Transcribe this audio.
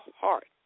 heart